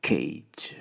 Cage